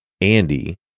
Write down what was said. Andy